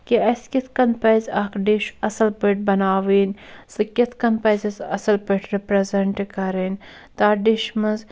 کہِ اَسہِ کِتھٕ کٔنۍ پَزِ اکھ ڈِش اصٕل پٲٹھۍ بَناوٕنۍ سُہ کِتھٕ پٲٹھۍ پَزِ اَسہِ اصٕل پٲٹھۍ رِپرٛیزینٛٹ کَرٕنۍ تتھ ڈِش مَنٛز